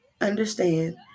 understand